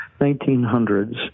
1900s